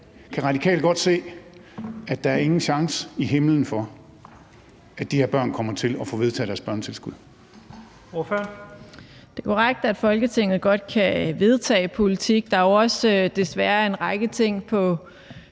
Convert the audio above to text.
De Radikale godt se, at der ikke er nogen chance i himlen for, at de her børn kommer til at få vedtaget deres børnetilskud?